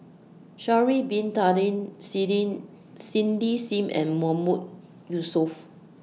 Sha'Ari Bin Tadin Cindy SIM and Mahmood Yusof